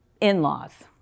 in-laws